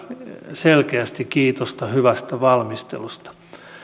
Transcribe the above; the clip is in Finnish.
selkeästi kiitosta hyvästä valmistelusta